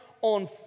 on